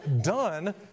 done